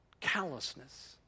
Callousness